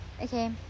Okay